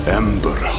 ember